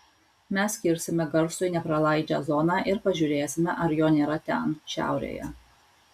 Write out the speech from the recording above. mes kirsime garsui nepralaidžią zoną ir pažiūrėsime ar jo nėra ten šiaurėje